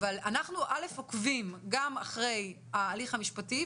אבל אנחנו עוקבים גם אחרי ההליך המשפטי,